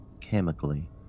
chemically